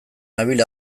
nabil